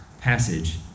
passage